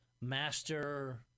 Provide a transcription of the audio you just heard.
master